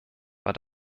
war